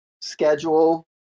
schedule